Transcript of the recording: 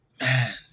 man